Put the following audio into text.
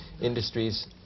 industries